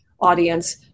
audience